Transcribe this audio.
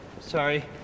Sorry